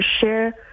share